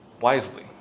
wisely